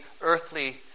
earthly